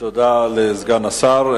תודה לסגן השר.